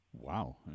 Wow